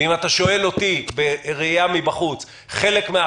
ואם אתה שואל אותי בראייה מבחוץ חלק מן